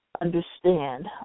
understand